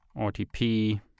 RTP